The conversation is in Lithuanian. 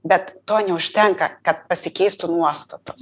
bet to neužtenka kad pasikeistų nuostatos